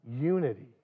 unity